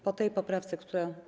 po tej poprawce, która.